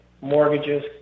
mortgages